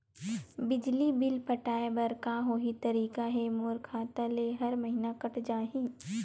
बिजली बिल पटाय बर का कोई तरीका हे मोर खाता ले हर महीना कट जाय?